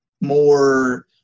more